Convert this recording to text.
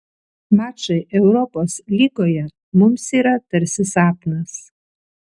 mačai europos lygoje mums yra tarsi sapnas